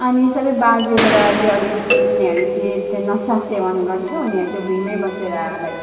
अनि सबै बाजे बराजु अलिक उनिहरू चाहिँ त्यहाँ नसा सेवन गर्थ्यो उनीहरू चाहिँ भुइँमै बसेर लाइक